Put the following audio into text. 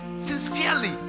sincerely